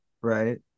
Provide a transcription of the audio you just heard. right